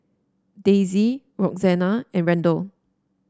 Daisy Roxanna and Randel